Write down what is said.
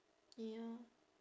ya